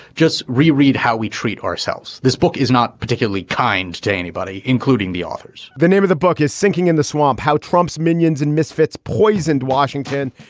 just reread how we treat ourselves. this book is not particularly kind to anybody, including the authors the name of the book is sinking in the swamp how trump's minions and misfits poisoned washington.